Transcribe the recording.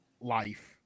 life